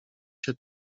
się